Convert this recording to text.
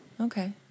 Okay